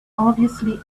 obviously